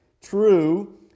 true